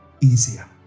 easier